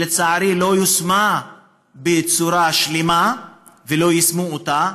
שלצערי לא יושמה בצורה שלמה ולא יישמו אותה.